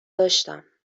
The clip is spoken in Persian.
داشتم